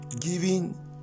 giving